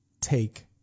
take